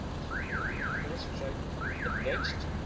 so um first try to print the text